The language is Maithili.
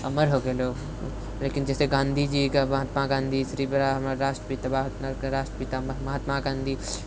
अमर हो गेलै ओ लेकिन जइसे गाँधीजी के महात्मा गाँधी बड़ा हमर राष्ट्रपिता महात्मा गाँधी